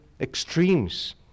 extremes